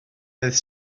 beth